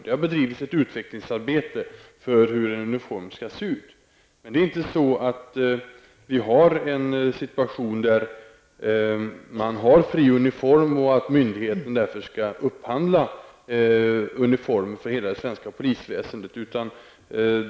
Det har bedrivits ett utvecklingsarbete för hur en uniform skall se ut. Men vi har inte den situationen att man har fri uniform och att myndigheten därför skall upphandla uniformer för hela svenska polisväsendet.